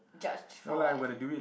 judged for [what]